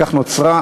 וכך נוצרה,